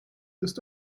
ist